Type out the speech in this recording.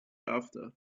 after